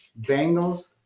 Bengals